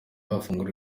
yafungura